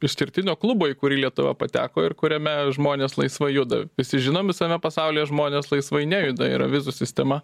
išskirtinio klubo į kurį lietuva pateko ir kuriame žmonės laisvai juda visi žinom visame pasaulyje žmonės laisvai nejuda yra vizų sistema